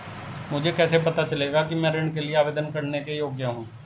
मुझे कैसे पता चलेगा कि मैं ऋण के लिए आवेदन करने के योग्य हूँ?